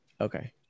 Okay